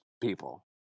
people